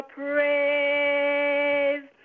praise